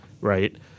Right